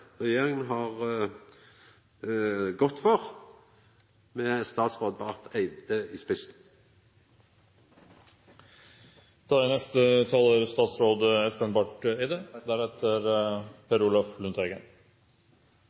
regjeringa har gått inn for, med statsråd Barth Eide i